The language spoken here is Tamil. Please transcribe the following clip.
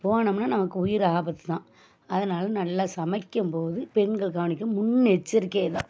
போனோம்னா நமக்கு உயிர் ஆபத்து தான் அதனால நல்லா சமைக்கும் போது பெண்கள் கவனிக்கும் முன்னெச்சரிக்கை இதான்